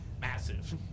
massive